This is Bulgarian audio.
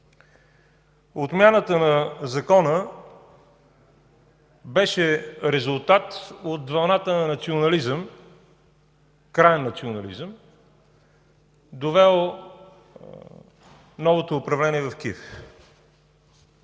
Отмяната на Закона беше резултат от вълната на национализъм – краен национализъм, довел новото управление в Киев.